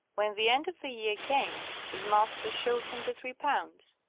when the end of the year came his master showed him the three pounds.